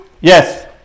yes